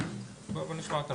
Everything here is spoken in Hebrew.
בואי נשמע אותם קודם.